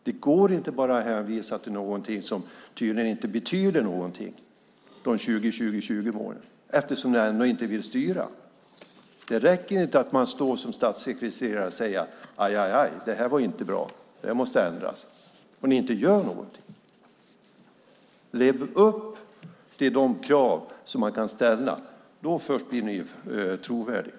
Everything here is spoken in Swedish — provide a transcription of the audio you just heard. Det går inte att bara hänvisa till sådant som tydligen inte betyder någonting vad gäller 20-20-20-målen eftersom ni inte vill styra. Det räcker inte att som statssekreteraren säga ajajaj, det här var inte bra, det måste ändras, när ni sedan inte gör någonting. Lev upp till de krav man kan ställa. Först då blir ni trovärdiga.